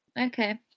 Okay